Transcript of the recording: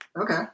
Okay